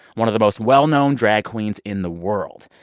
one of the most well-known drag queens in the world.